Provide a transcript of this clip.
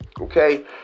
okay